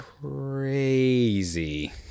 crazy